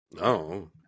No